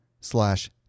slash